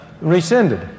rescinded